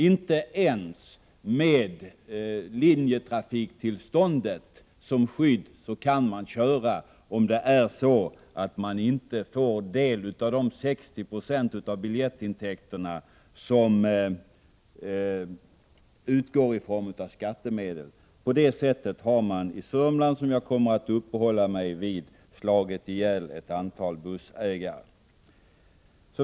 Inte ens med linjetrafiktillståndet som skydd kan de köra, när de inte får del av de 60 96 av biljettintäkterna som utgår i form av skattemedel. På det sättet har man i Sörmland, som jag kommer att uppehålla mig vid, åstadkommit att ett antal bussägare har fått slå igen.